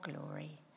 glory